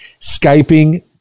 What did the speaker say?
skyping